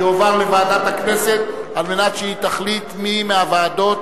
יועבר לוועדת הכנסת כדי שהיא תחליט מי מהוועדות